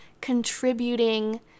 contributing